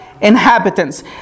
inhabitants